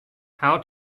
how